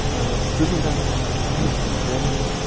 ah but and and was a chemist in germany.